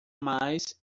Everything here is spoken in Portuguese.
mais